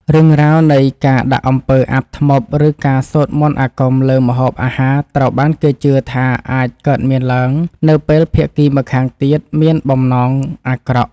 រឿងរ៉ាវនៃការដាក់អំពើអាបធ្មប់ឬការសូត្រមន្តអាគមលើម្ហូបអាហារត្រូវបានគេជឿថាអាចកើតមានឡើងនៅពេលភាគីម្ខាងទៀតមានបំណងអាក្រក់។